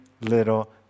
little